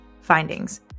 Findings